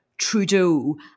Trudeau